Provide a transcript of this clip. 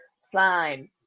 Slime